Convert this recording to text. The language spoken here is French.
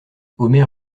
omer